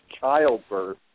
childbirth